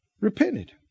Repented